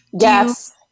Yes